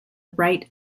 right